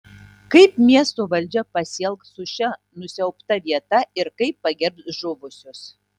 kaip miesto valdžia pasielgs su šia nusiaubta vieta ir kaip pagerbs žuvusius